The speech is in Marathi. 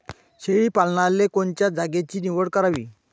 शेळी पालनाले कोनच्या जागेची निवड करावी?